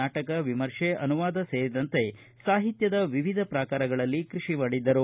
ನಾಟಕ ವಿಮರ್ಶೆ ಅನುವಾದ ಸೇರಿದಂತೆ ಸಾಹಿತ್ಯದ ವಿವಿಧ ಪ್ರಾಕಾರಗಳಲ್ಲಿ ಕೃಷಿ ಮಾಡಿದ್ದರು